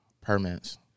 permits